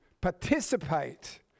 participate